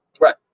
Right